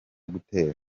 gutera